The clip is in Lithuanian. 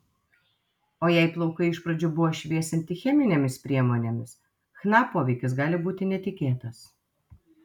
o jei plaukai iš pradžių buvo šviesinti cheminėmis priemonėmis chna poveikis gali būti netikėtas